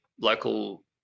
local